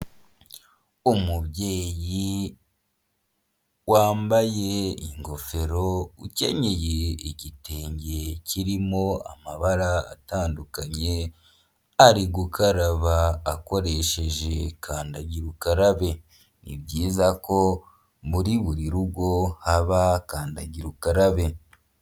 Umubyeyi wambaye ingofero, ukenyeye igitenge kirimo amabara atandukanye, ari gukaraba akoresheje kandagira ukarabe. Ni byiza ko muri buri rugo haba kandagira ukarabe.